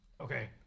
Okay